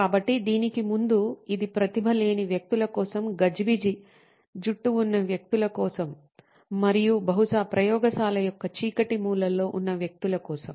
కాబట్టి దీనికి ముందు ఇది ప్రతిభ లేని వ్యక్తుల కోసం గజిబిజి జుట్టు ఉన్న వ్యక్తుల కోసం మరియు బహుశా ప్రయోగశాల యొక్క చీకటి మూలల్లో ఉన్న వ్యక్తుల కోసం